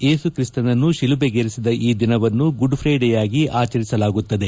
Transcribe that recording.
ಏಸು ತ್ರಿಸ್ತನನ್ನು ಶಿಲುಬೆಗೇರಿಸಿದ ಈ ದಿನವನ್ನು ಗುಡ್ಫೈಡ್ ಯಾಗಿ ಆಚರಿಸಲಾಗುತ್ತದೆ